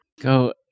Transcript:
Go